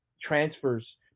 transfers